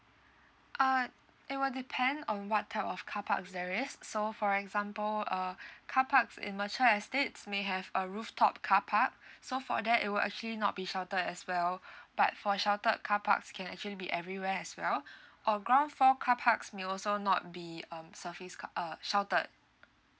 uh it will depend on what type of carparks there is so for example uh carparks in mature estates may have a roof top carpark so for that it will actually not be sheltered as well but for sheltered carparks can actually be everywhere as well or ground floor carparks may also not be um surface ca~ um sheltered